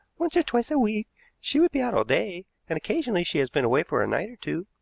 once or twice a week she would be out all day, and occasionally she has been away for a night or two.